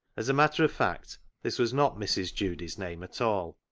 as a matter of fact this was not mrs. judy's name at all.